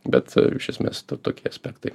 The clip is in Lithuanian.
bet iš esmės du tokie aspektai